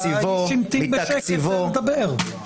האיש המתין בשקט, תני לו לדבר.